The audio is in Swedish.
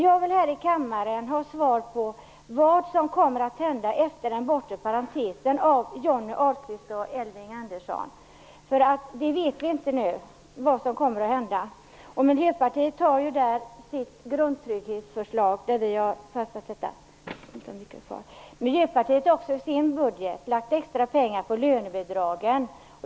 Jag vill här i kammaren ha svar av Johnny Ahlqvist och Elving Andersson på frågan vad som kommer att hända efter den bortre parentesen. Vi vet inte nu vad som kommer att hända. Miljöpartiet har ett grundtrygghetsförslag. Miljöpartiet har också i sin budget lagt extra pengar på lönebidragen.